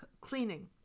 cleaning